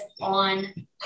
on